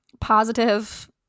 positive